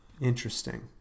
Interesting